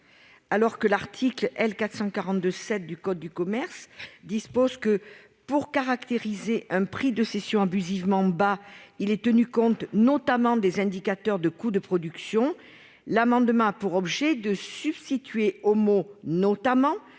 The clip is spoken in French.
bas. L'article L. 442-7 du code de commerce dispose que, pour caractériser un prix de cession abusivement bas, il est « notamment » tenu compte des indicateurs de coûts de production. Cet amendement a pour objet de substituer au mot « notamment »,